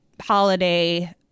holiday